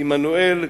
עמנואל,